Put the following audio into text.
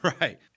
Right